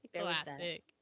Classic